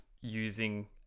using